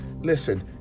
listen